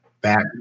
Back